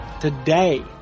today